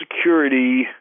security